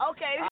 Okay